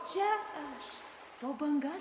čia aš po bangas